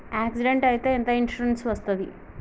Accident అయితే ఎంత insurance వస్తది?